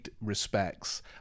respects